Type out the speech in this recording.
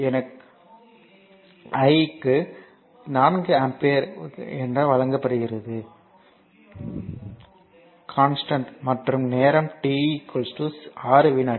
எனக்கு i க்கு 4 ampere வழங்கப்படுகிறது இது 4 ஆம்பியர் கான்ஸ்டன்ட் மற்றும் நேரம் t 6 வினாடி